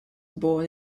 born